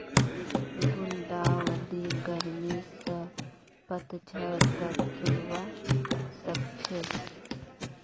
गुलदाउदी गर्मी स पतझड़ तक खिलवा सखछे